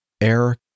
Air